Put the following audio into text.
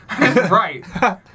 right